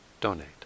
donate